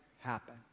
happen